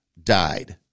died